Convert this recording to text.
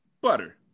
Butter